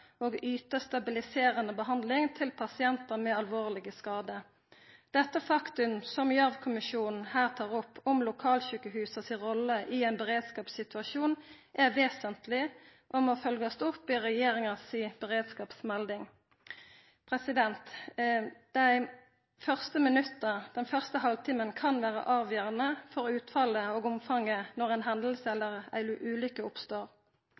og yta stabiliserande behandling til pasientar med alvorlege skadar. Dette faktumet som Gjørv-kommisjonen her tar opp om lokalsjukehusa si rolle i ein beredskapssituasjon, er vesentleg og må følgjast opp i regjeringa si beredskapsmelding. Dei første minutta, den første halvtimen, kan vera avgjerande for utfallet og omfanget når ei hending eller ulykke oppstår.